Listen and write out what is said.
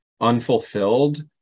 unfulfilled